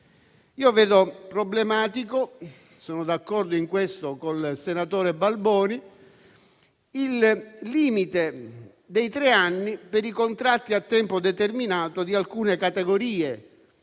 Vedo problematico - sono d'accordo in questo con il senatore Balboni - il limite dei tre anni per i contratti a tempo determinato di alcune categorie